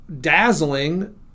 dazzling